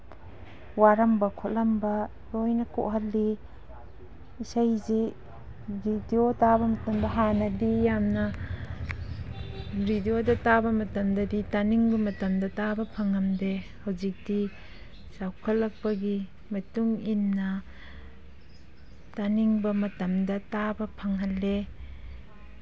ꯋꯥꯔꯝꯕ ꯈꯣꯠꯂꯝꯕ ꯂꯣꯏꯅ ꯀꯣꯛꯍꯜꯂꯤ ꯏꯁꯩꯁꯤ ꯔꯦꯗꯤꯌꯣ ꯇꯥꯕ ꯃꯇꯝꯗ ꯍꯥꯟꯅꯗꯤ ꯌꯥꯝꯅ ꯔꯦꯗꯤꯌꯣꯗ ꯇꯥꯕ ꯃꯇꯝꯗꯗꯤ ꯇꯥꯅꯤꯡꯕ ꯃꯇꯝꯗ ꯇꯥꯕ ꯐꯪꯉꯝꯗꯦ ꯍꯧꯖꯤꯛꯇꯤ ꯆꯥꯎꯈꯠꯂꯛꯄꯒꯤ ꯃꯇꯨꯡ ꯏꯟꯅ ꯇꯥꯅꯤꯡꯕ ꯃꯇꯝꯗ ꯇꯥꯕ ꯐꯪꯍꯜꯂꯦ